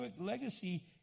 legacy